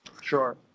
Sure